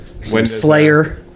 Slayer